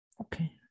Okay